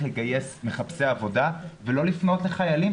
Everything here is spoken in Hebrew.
לגייס מחפשי עבודה ולא לפנות לחיילים,